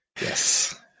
Yes